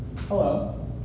hello